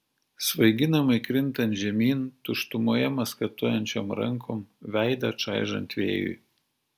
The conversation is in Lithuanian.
svaiginamai krintant žemyn tuštumoje maskatuojančiom rankom veidą čaižant vėjui